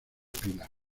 pila